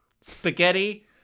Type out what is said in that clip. Spaghetti